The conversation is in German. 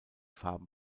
farben